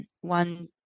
one